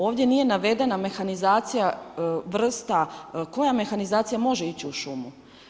Ovdje nije navedena mehanizacija, vrsta, koja mehanizacija može ići u šumu.